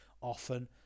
often